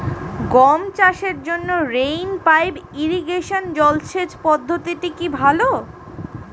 গম চাষের জন্য রেইন পাইপ ইরিগেশন জলসেচ পদ্ধতিটি কি ভালো?